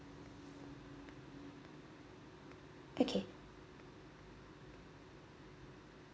okay